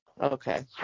Okay